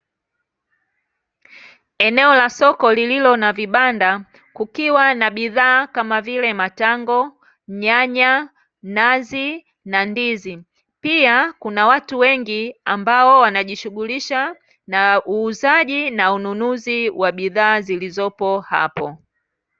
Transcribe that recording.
Eneo la soko lililo na vibanda, kukiwa na bidhaa kama vile: matango, nyanya, nazi na ndizi. Pia kuna watu wengi ambao wanaojishughulisha na uuzaji na ununuzi wa bidhaa zilizopo hapo.